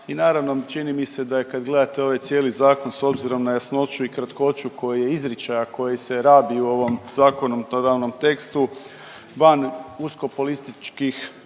i naravno, čini mi se da je, kad gledate ovaj cijeli Zakon, s obzirom na jasnoću i kratkoću koji je izričaja koji se radi u ovom .../Govornik se ne razumije./... tekstu van uskopolističkih